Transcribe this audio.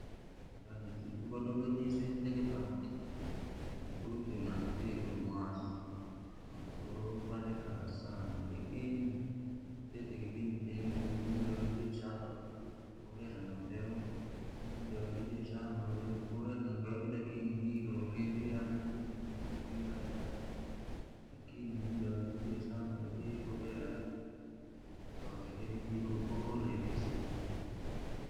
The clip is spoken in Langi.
Da jasusu kaluga jisu vija kilangi, ja mwasu, ko wa varika sana, lakini kwatite kipindi chingi shana uri, karina mpehu, mudawingi shana uri kwavire na mpeo lakini ni ivuri vi. lakini mudawange shana uri yaani kawaida vi kwahorre vizi.